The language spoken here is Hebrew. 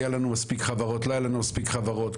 היה לנו מספיק חברות, לא היה לנו מספיק חברות.